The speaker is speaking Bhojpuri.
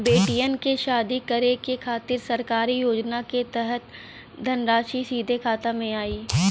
बेटियन के शादी करे के खातिर सरकारी योजना के तहत धनराशि सीधे खाता मे आई?